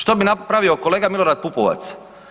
Što bi napravio kolega Milorad Pupovac?